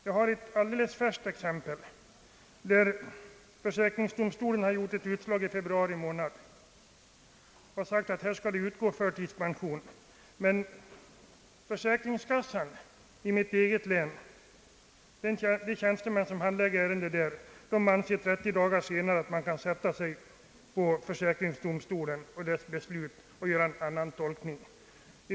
Jag har ett färskt exempel, där försäkringsdomstolen enligt ett utslag i februari månad fastställde att förtidspension skulle utgå. Den tjänsteman i försäkringskassan i mitt eget län som handlade ärendet ansåg emellertid trettio dagar senare att man kunde sätta sig över försäkringsdomstolen och dess beslut samt göra en annan tolkning.